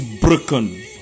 broken